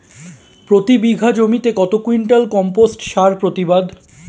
প্রতি বিঘা জমিতে কত কুইন্টাল কম্পোস্ট সার প্রতিবাদ?